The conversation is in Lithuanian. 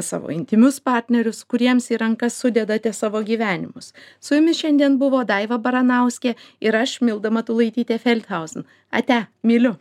savo intymius partnerius kuriems į rankas sudedate savo gyvenimus su jumis šiandien buvo daiva baranauskė ir aš milda matulaitytė felthauzin ate myliu